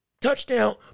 touchdown